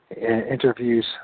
interviews